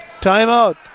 timeout